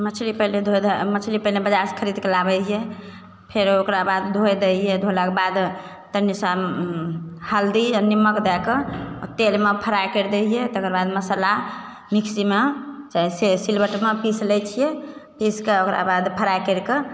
मछली पहिले धो धा मछली पहिले बजारसँ खरीदके लाबय हि फेर ओकरा बाद धोय देलियै धोलाके बाद तनी सन हल्दी आओर नीम्मक दएके तेलमे फ्राइ करि देलियै तकर बाद मसल्ला मिक्सीमे चाहे सिलबट्टमे पीस लै छियै पीसके ओकरा बाद फ्राइ करिके